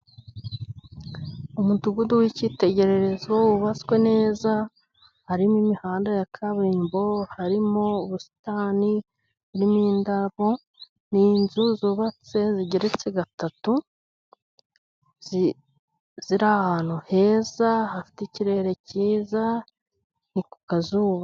Umudugudu w'icyitegererezo, wubatswe neza harimo imihanda ya kaburimbo, harimo ubusitani n'indabo . Ni inzu zubatse zigeretse gatatu , ziri ahantu heza hafite ikirere cyiza ni ku kazuba.